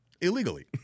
illegally